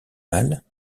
mâles